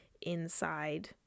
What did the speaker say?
inside